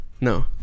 No